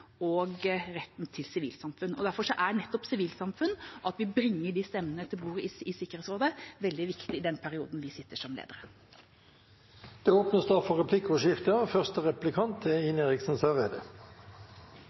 og retten til sivilsamfunn. Derfor er nettopp sivilsamfunn, at vi bringer de stemmene til bordet i Sikkerhetsrådet, veldig viktig i den perioden vi sitter som leder. Det blir replikkordskifte. Den 1. februar i fjor ble det gjennomført et militærkupp i